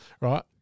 right